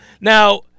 Now –